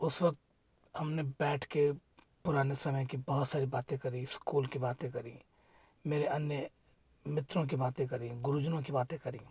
उस वक्त हमने बैठकर पुराने समय की बहुत सारी बातें करी स्कूल की बातें करी मेरे अन्य मित्रों की बातें करी गुरुजनों की बातें करी